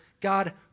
God